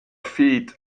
feed